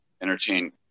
entertain